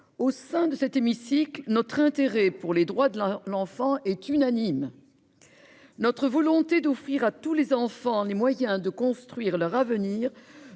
au sein de cet hémicycle, notre intérêt pour les droits de l'enfant est unanime. Notre volonté d'offrir à tous les enfants, les moyens de construire leur avenir